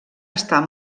estar